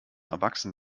erwachsen